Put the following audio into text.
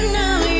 now